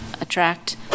attract